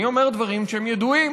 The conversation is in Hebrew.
אני אומר דברים שהם ידועים,